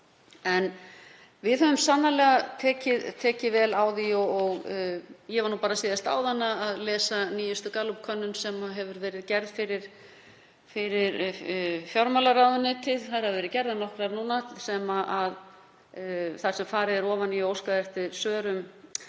En við höfum sannarlega tekið vel á því. Ég var nú bara síðast áðan að lesa nýjustu Gallup-könnunina sem hefur verið gerð fyrir fjármálaráðuneytið, þær hafa verið gerðar nokkrar núna, þar sem farið er ofan í og óskað eftir svörum